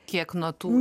kiek nuo tų